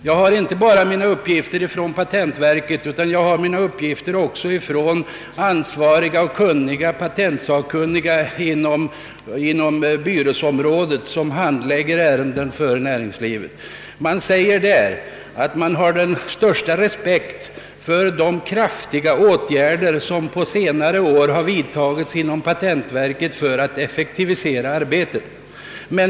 Jag har inte bara mina uppgifter från patentverket utan även från patentsakkunniga inom ombudskåren som handlägger ärenden för näringslivet. Man säger där att man hyser den största respekt för de åtgärder som på senare år har vidtagits inom patentverket för att effektivisera arbetet.